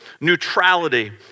neutrality